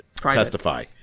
testify